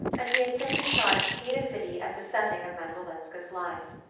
and he had simply tried to see the city as the setting of madame olenska's life.